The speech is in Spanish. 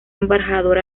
embajador